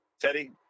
Teddy